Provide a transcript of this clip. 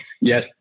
Yes